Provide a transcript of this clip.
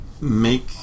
make